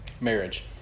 marriage